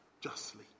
justly